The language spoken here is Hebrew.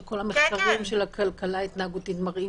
כשכל המחקרים של הכלכלה ההתנהגותית מראים